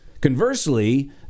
Conversely